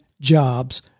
jobs